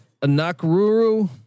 Anakuru